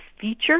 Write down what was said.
feature